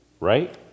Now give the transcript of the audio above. Right